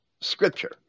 scripture